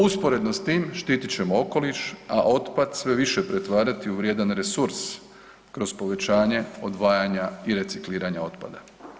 Usporedno s tim štiti ćemo okoliš, a otpad sve više pretvarati u vrijedan resurs kroz povećanje odvajanja i recikliranja otpada.